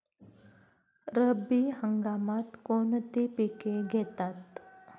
रब्बी हंगामात कोणती पिके घेतात?